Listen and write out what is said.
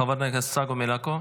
חברת הכנסת צגה מלקו,